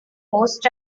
hosts